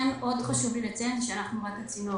עוד חשוב לי לציין שאנחנו רק הצינור.